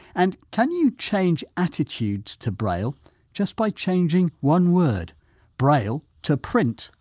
and can you change attitudes to braille just by changing one word braille to print?